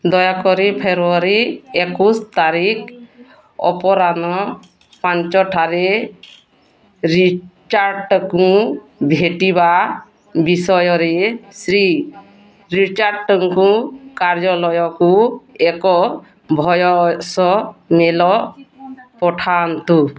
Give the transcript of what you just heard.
ଦୟାକରି ଫେବ୍ରୁଆରି ଏକୋଇଶ ତାରିଖ ଅପରାହ୍ନ ପାଞ୍ଚଟାରେ ରିଚାର୍ଡ଼ଙ୍କୁ ଭେଟିବା ବିଷୟରେ ଶ୍ରୀ ରିଚାର୍ଡ଼ଙ୍କୁ କାର୍ଯ୍ୟାଳୟକୁ ଏକ ଭଏସ୍ ମେଲ୍ ପଠାନ୍ତୁ